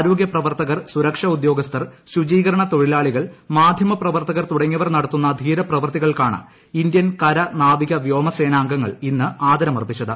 ആരോഗ്യപ്രവർത്തകർ സുരക്ഷാ ഉദ്യോഗസ്ഥർ ശുചീകരണ തൊഴിലാളികൾ മാധ്യമ പ്രവർത്തകർ തുടങ്ങിയവർ നടത്തുന്ന ധീരപ്രവൃത്തികൾക്കാണ് ഇന്ത്യൻ കര നാവിക വ്യോമ സേനാംഗങ്ങൾ ഇന്ന് ആദരമർപ്പിച്ചത്